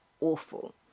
awful